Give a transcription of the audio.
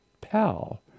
PAL